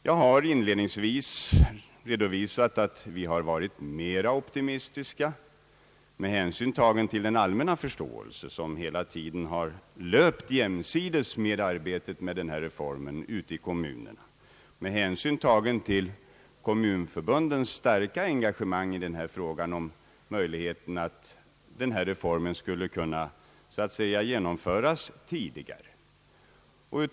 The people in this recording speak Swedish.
Jag har inledningsvis redovisat att vi har varit mera optimistiska med hänsyn tagen till den allmänna förståelse som hela tiden har löpt jämsides med arbetet med den här reformen ute i kommunerna och med hänsyn tagen till kommunförbundets starka engagemang i fråga om möjligheten att genomföra reformen tidigare.